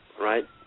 right